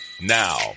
Now